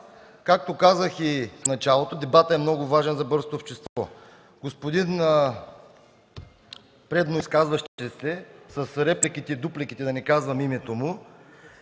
Както казах и в началото, дебатът е много важен за българското общество. Господин предноизказващият се, с репликите и дупликите, да не казвам името му,